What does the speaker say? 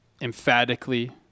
emphatically –